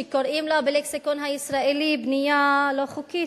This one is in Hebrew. שקוראים לה בלקסיקון הישראלי "בנייה לא חוקית".